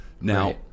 Now